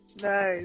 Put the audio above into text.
nice